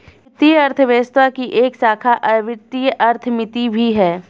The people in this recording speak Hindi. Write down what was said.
वित्तीय अर्थशास्त्र की एक शाखा वित्तीय अर्थमिति भी है